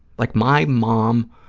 like, my mom